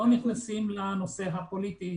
נכנסים לנושא הפוליטי